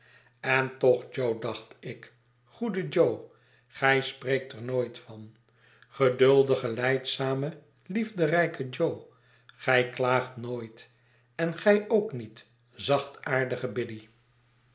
en toch jo dacht ik goede jo gij spreekt er nooit van geduldige lijdzame liefderijke jo gij klaagt nooit en gij ook niet zachtaardige biddy